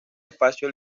espacio